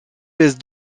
pèse